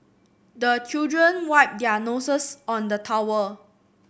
the children wipe their noses on the towel